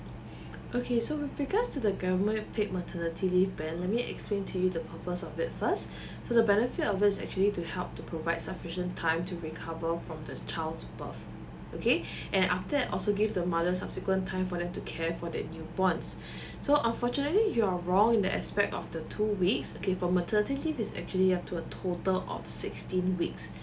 okay so with regards to the government paid maternity leave ben let me explain to you the purpose of it first the benefits of it actually to help to provide sufficient time to recover from the child's birth okay and after that also give the mother subsequent time for them to care for their newborn so unfortunately you are wrong in that aspect of the two weeks okay for maternity leave is actually have to a total of sixteen weeks